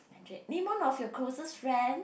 mandarin name one of your closest friends